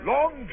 Long